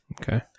okay